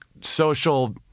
social